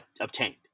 obtained